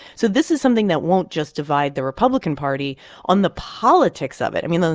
so this is something that won't just divide the republican party on the politics of it. i mean,